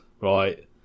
right